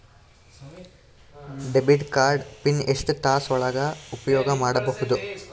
Debit card PIN ಎಷ್ಟ ತಾಸ ಒಳಗ ಉಪಯೋಗ ಮಾಡ್ಬಹುದು?